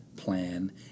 Plan